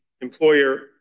employer